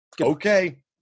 okay